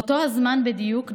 באותו הזמן בדיוק,